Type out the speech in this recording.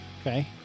Okay